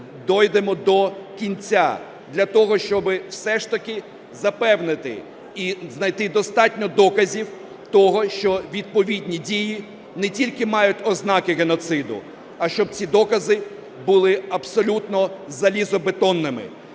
дійдемо до кінця, для того, щоби все ж таки запевнити і знайти достатньо доказів того, що відповідні дії не тільки мають ознаки геноциду, а щоб ці докази були абсолютно залізобетонними.